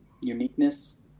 uniqueness